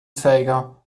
zeiger